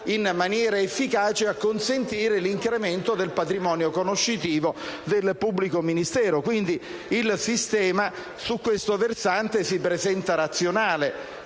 in maniera efficace a consentire l'incremento del patrimonio conoscitivo del pubblico ministero, quindi il sistema su questo versante si presenta razionale.